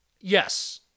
yes